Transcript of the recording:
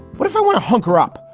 what if i want to hunker up?